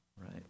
Right